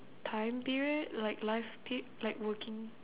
time period like life pe~ like working